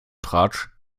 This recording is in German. tratsch